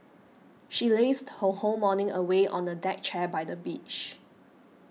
she lazed her whole morning away on a deck chair by the beach